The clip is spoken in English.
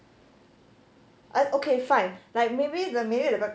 okay fine like maybe the minute about